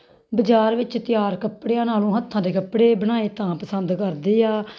ਬਜ਼ਾਰ ਵਿੱਚ ਤਿਆਰ ਕੱਪੜਿਆਂ ਨਾਲੋਂ ਹੱਥਾਂ ਦੇ ਕੱਪੜੇ ਬਣਾਏ ਤਾਂ ਪਸੰਦ ਕਰਦੇ ਆ